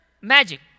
magic